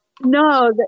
No